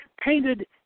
painted